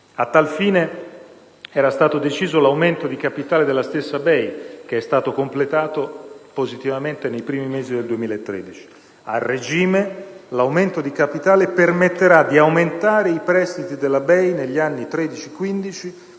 A tal fine, era stato deciso l'aumento di capitale della stessa BEI, che è stato completato positivamente nei primi mesi del 2013. A regime, l'aumento di capitale permetterà di aumentare i prestiti della BEI negli anni 2013-2015